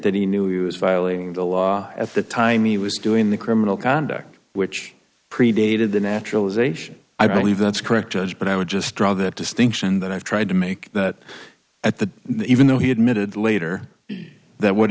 that he knew he was violating the law at the time he was doing the criminal conduct which predated the naturalisation i believe that's correct judge but i would just draw the distinction that i've tried to make that at the the even though he admitted later that what